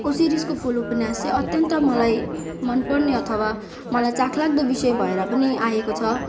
शिरीषको फुल उपन्यास चाहिँ अत्यन्त मलाई मनपर्ने अथवा मलाई चाखलाग्दो विषय भएर पनि आएको छ